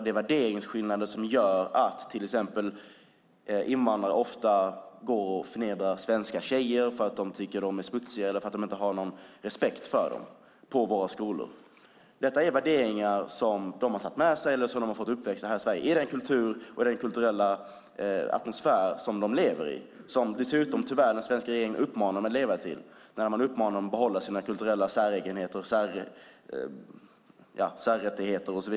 Det är värderingsskillnader som gör att invandrare till exempel ofta förnedrar svenska tjejer för att de tycker att de är smutsiga och inte känner någon respekt för dem i våra skolor. Det är värderingar som de tagit med sig eller som de fått när de växt upp i Sverige, i den kulturella atmosfär de lever i. Den svenska regeringen uppmanar dem dessutom, tyvärr, att leva i den när man uppmanar dem att behålla sina kulturella särdrag och rättigheter.